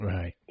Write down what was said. Right